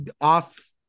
off